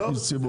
זה איש ציבור.